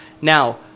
Now